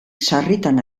sarritan